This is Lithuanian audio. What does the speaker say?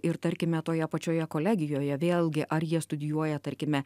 ir tarkime toje pačioje kolegijoje vėlgi ar jie studijuoja tarkime